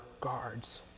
guards